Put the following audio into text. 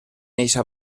eixa